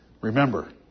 Remember